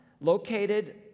located